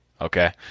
okay